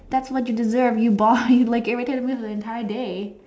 that's what you deserve you boy you like irritate me the entire day